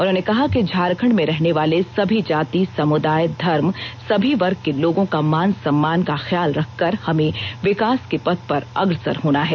उन्होंने कहा कि झारखंड में रहने वाले सभी जाति समुदाय धर्म सभी वर्ग के लोगों का मान सम्मान का ख्याल रख कर हमें विकास के पथ पर अग्रसर होना है